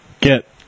get